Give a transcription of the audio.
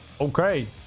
Okay